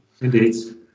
Indeed